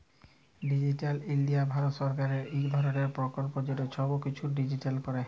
digital India Bharat সরকারেরলে ইক ধরলের পরকল্প যেট ছব কিছুকে ডিজিটালাইস্ড ক্যরে